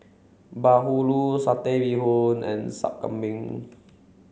Bahulu Satay Bee Hoon and Sup Kambing